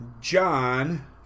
John